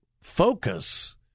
focus